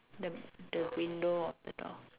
the the window on the door